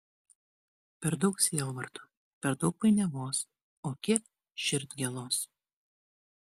per daug sielvarto per daug painiavos o kiek širdgėlos